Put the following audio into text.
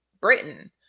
britain